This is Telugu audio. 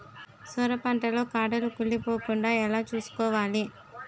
సొర పంట లో కాడలు కుళ్ళి పోకుండా ఎలా చూసుకోవాలి?